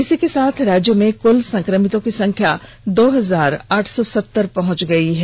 इसी के साथ राज्य में कुल संक्रमितों की संख्या दो हजार आठ सौ सत्तर पहुंच गई है